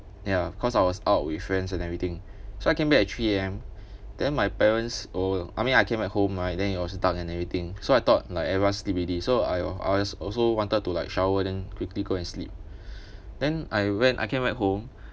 ya cos I was out with friends and everything so I came back at three A_M then my parents all I mean I came back home right then it was dark and everything so I thought like everyone sleep already so !aiyo! I s~ also wanted to like shower then quickly go and sleep then I when I came back home